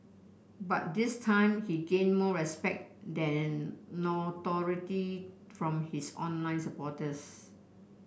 but this time he gained more respect than notoriety from his online supporters